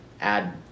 add